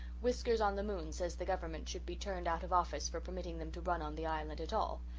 whiskers-on-the-moon says the government should be turned out of office for permitting them to run on the island at all.